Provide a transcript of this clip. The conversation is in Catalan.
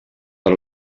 per